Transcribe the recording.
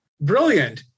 Brilliant